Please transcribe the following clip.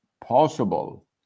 possible